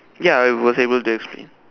ya I was able to explain